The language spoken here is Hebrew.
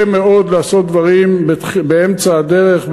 קשה מאוד לעשות דברים באמצע הדרך,